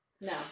No